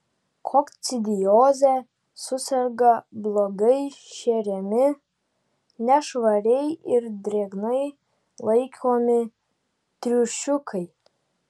kokcidioze suserga blogai šeriami nešvariai ir drėgnai laikomi triušiukai